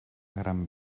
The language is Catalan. gran